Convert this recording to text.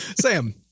Sam